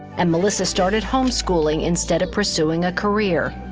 and melissa started home schooling instead of pursuing a career.